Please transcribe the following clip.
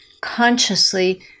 consciously